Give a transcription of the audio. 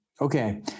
Okay